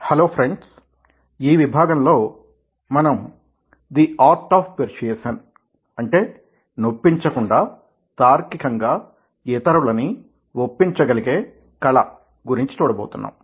hello friends ఈ విభాగంలో మనం ది ఆర్ట్ ఆఫ్ పెర్సుయేసన్ అంటే నొప్పించకుండా తార్కికంగా ఇతరులని ఒప్పించగలిగే కళ గురించి చూడబోతున్నాం